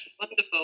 wonderful